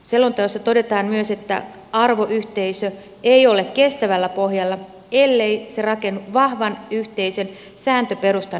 selonteossa todetaan myös että arvoyhteisö ei ole kestävällä pohjalla ellei se rakennu vahvan yhteisen sääntöperustan noudattamiselle